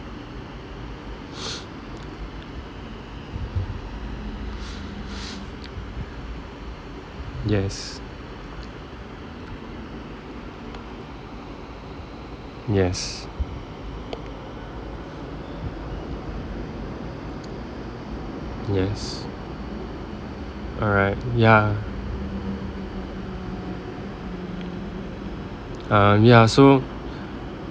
yes yes yes all right ya um ya so